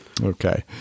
Okay